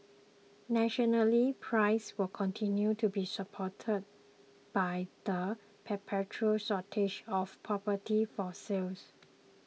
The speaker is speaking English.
nationally prices will continue to be supported by the perpetual shortage of property for sale